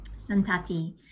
Santati